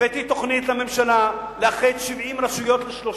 הבאתי תוכנית לממשלה לאחד 70 רשויות ל-30.